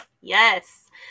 Yes